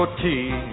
tea